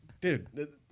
Dude